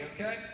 okay